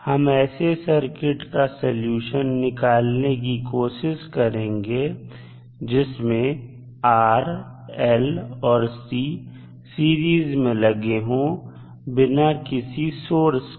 हम ऐसे सर्किट का सलूशन निकालने की कोशिश करेंगे जिसमें R Lऔर C सीरीज में लगे हो बिना किसी सोर्स के